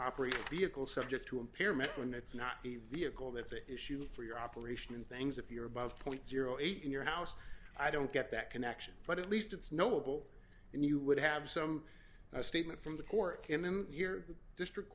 operate a vehicle subject to impairment when it's not a vehicle that's an issue for your operation and things if you're above point eight in your house i don't get that connection but at least it's knowable and you would have some statement from the court in your district